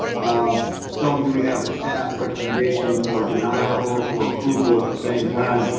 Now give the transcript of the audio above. um seldom do we have a staff recommendation for denial or for approval at the same time,